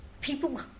people